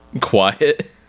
quiet